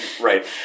Right